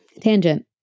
Tangent